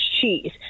cheese